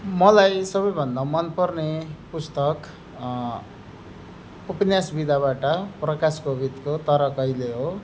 मलाई सबैभन्दा मनपर्ने पुस्तक उपन्यास विधाबाट प्रकाश कोविदको तर कहिले हो